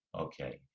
okay